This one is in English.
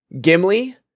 Gimli